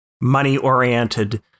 money-oriented